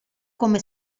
come